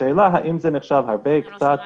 השאלה האם זה נחשב הרבה או קצת,